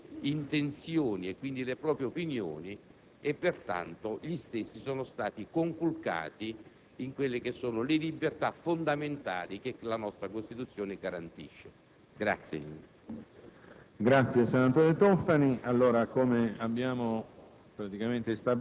che lo avevano richiesto formalmente, di manifestare le proprie intenzioni e, quindi, le proprie opinioni, e pertanto gli stessi sono stati conculcati in quelle libertà fondamentali che la nostra Costituzione garantisce.